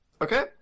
Okay